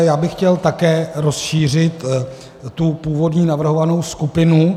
Já bych chtěl také rozšířit tu původní navrhovanou skupinu.